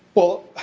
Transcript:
well,